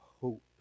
hope